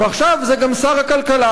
ועכשיו זה גם שר הכלכלה,